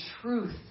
truth